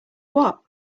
what